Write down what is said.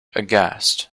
aghast